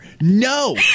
No